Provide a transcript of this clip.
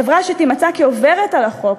חברה שתימצא כעוברת על החוק,